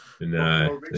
no